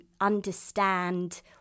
understand